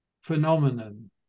phenomenon